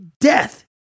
death